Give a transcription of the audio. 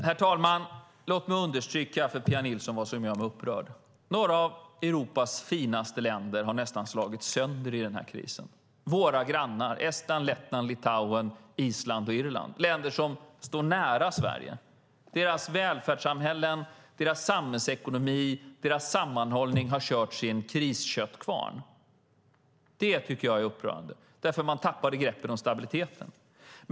Herr talman! Låt mig understryka för Pia Nilsson vad som gör mig upprörd. Några av Europas finaste länder har nästan slagits sönder under den här krisen. Välfärdssamhället, samhällsekonomin och sammanhållningen i våra grannländer Estland, Lettland, Litauen, Island och Irland - länder som står nära Sverige - har körts i en krisköttkvarn. Det tycker jag är upprörande. Man tappade greppet om stabiliteten.